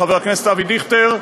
חבר הכנסת אבי דיכטר,